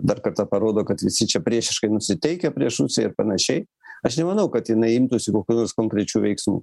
dar kartą parodo kad visi čia priešiškai nusiteikę prieš rusiją ir panašiai aš nemanau kad jinai imtųsi kokių nors konkrečių veiksmų